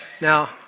now